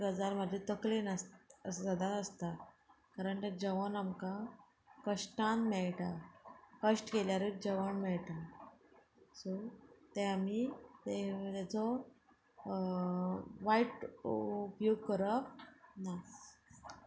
गजाल म्हाजी तकली आस सदांच आसता कारण ते जेवण आमकां कश्टान मेळटा कश्ट केल्यारूच जेवण मेळटा सो ते आमी तेचो वायट उपयोग करप ना